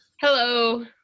Hello